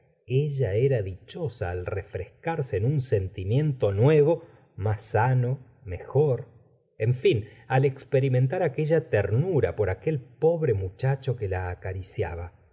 ella era dichosa al refrescarse en un sentimiento nuevo más sano mejor en fin al experimentar aquella ternura por aquel pobre muchacho que la acariciaba